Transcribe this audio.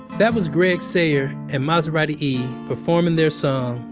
that was gregg sayers and maserati e performing their song,